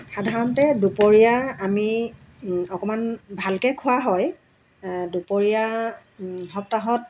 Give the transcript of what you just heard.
সাধাৰণতে দুপৰীয়া আমি অকণমান ভালকৈ খোৱা হয় দুপৰীয়া সপ্তাহত